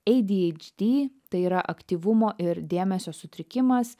adhd tai yra aktyvumo ir dėmesio sutrikimas